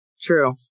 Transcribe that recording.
True